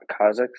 Kazakhs